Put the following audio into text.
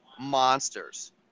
monsters